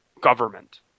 government